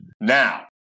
Now